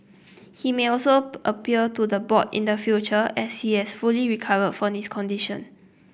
he may also appeal to the board in the future as he has fully recovered from this condition